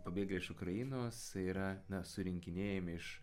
pabėgę iš ukrainos yra na surinkinėjami iš